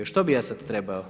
Što bi ja sada trebao?